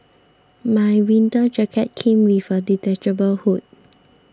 my winter jacket came with a detachable hood